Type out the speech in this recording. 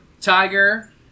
Tiger